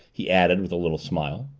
he added, with a little smile.